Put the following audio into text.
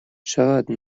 چقدر